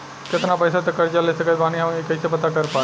केतना पैसा तक कर्जा ले सकत बानी हम ई कइसे पता कर पाएम?